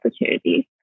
opportunities